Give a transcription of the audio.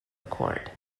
accord